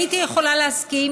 הייתי יכולה להסכים,